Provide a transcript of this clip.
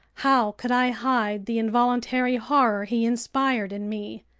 how could i hide the involuntary horror he inspired in me?